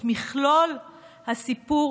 את מכלול הסיפור